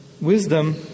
Wisdom